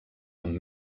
amb